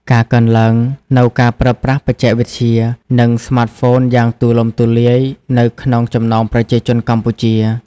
ការកើនឡើងនូវការប្រើប្រាស់បច្ចេកវិទ្យា និងស្មាតហ្វូនយ៉ាងទូលំទូលាយនៅក្នុងចំណោមប្រជាជនកម្ពុជា។